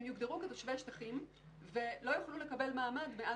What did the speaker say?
הם יוגדרו כתושבי שטחים ולא יוכלו לקבל מעמד מעל